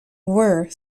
were